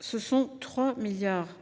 Ce sont 3,5 milliards d’euros